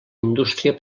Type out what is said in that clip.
indústria